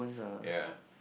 yea